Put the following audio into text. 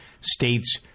states